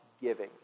giving